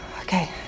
Okay